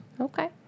Okay